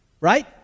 Right